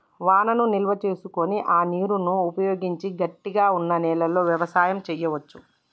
వానను నిల్వ చేసుకొని ఆ నీరును ఉపయోగించి గట్టిగ వున్నా నెలలో వ్యవసాయం చెయ్యవచు